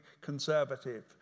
conservative